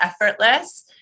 effortless